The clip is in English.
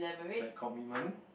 like commitment